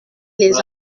les